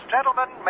Gentlemen